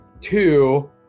Two